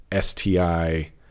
STI